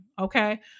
Okay